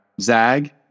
Zag